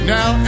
Now